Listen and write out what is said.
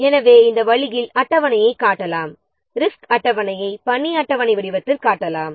எனவே இந்த வழியில் அட்டவணையை காட்டலாம் ரிஸ்க் அட்டவணையை பணி அட்டவணையின் வடிவத்தில் காட்டலாம்